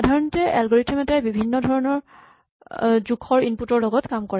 সাধাৰণতে এলগৰিথম এটাই বিভিন্ন জোখৰ ইনপুট ৰ লগত কাম কৰে